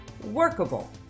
workable